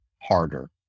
harder